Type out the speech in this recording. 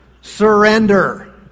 Surrender